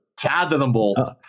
fathomable